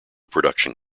production